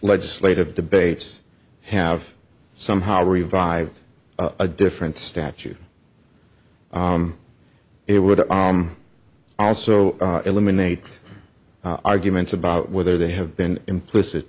legislative debates have somehow revived a different statute it would also eliminate arguments about whether they have been implicit